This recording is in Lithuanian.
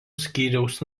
skyriaus